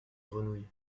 grenouilles